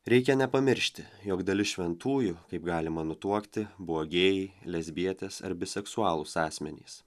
reikia nepamiršti jog dalis šventųjų kaip galima nutuokti buvo gėjai lesbietės ar biseksualūs asmenys